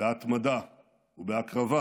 בהתמדה ובהקרבה